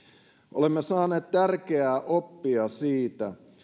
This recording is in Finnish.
olemme saaneet tärkeää oppia siitä